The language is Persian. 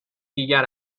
دیگر